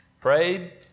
prayed